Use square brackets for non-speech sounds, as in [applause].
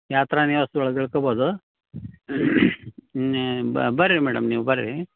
ಯಾತ್ರಾ ನಿವಾಸ್ದೊಳ್ಗೆ ಇಳ್ಕೊಬೋದು [unintelligible] ಬನ್ರಿ ಮೇಡಮ್ ನೀವು ಬನ್ರಿ